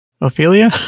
Ophelia